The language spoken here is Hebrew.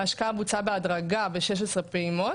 ההשקעה בוצעה בהדרגה ב-16 פעימות,